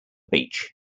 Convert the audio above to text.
beach